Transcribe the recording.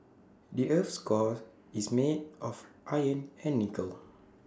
the Earth's core is made of iron and nickel